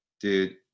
dude